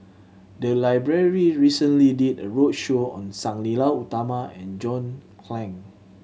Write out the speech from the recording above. the library recently did a roadshow on Sang Nila Utama and John Clang